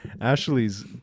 Ashley's